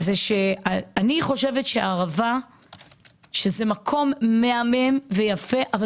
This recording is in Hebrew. אני חושבת שהערבה היא מקום מהמם ויפה אבל